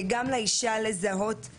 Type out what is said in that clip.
זה גם בשביל המציצנות הזאת,